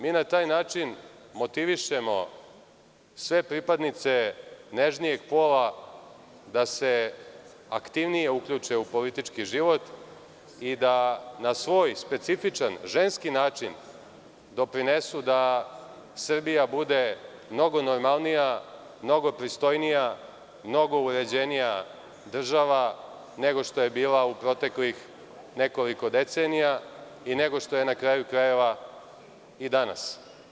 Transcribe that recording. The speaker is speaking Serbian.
Mi na taj način motivišemo sve pripadnice nežnijeg pola da se aktivnije uključe u politički život i da na svoj specifičan ženski način doprinesu da Srbija bude mnogo normalnija, mnogo pristojnija, mnogo uređenija država nego što je bila u proteklih nekoliko decenija i nego što je na kraju krajeva i danas.